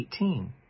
18